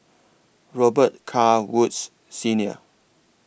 Robet Carr Woods Senior